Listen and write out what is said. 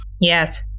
Yes